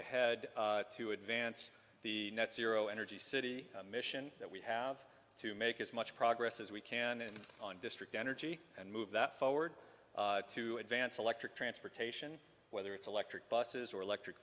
ahead to advance the net zero energy city mission that we have to make as much progress as we can on district energy and move that forward to advance electric transportation whether it's electric buses or electric